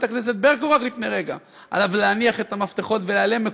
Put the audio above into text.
הכנסת ברקו רק לפני רגע: עליו להניח את המפתחות ולהיעלם.